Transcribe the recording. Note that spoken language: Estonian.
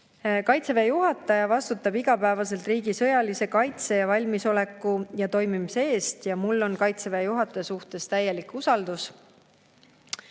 Kaitseväe juhataja vastutab igapäevaselt riigi sõjalise kaitse, valmisoleku ja toimimise eest. Mul on kaitseväe juhataja suhtes täielik usaldus.